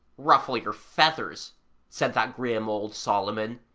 ruffle your feathers said that grim old solomon,